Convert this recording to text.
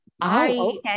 I-